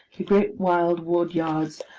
the great wild wood-yards,